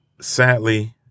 sadly